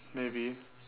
maybe